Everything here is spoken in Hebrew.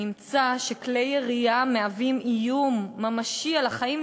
נמצא שכלי ירייה מהווים איום ממשי על החיים,